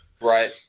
right